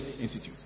institute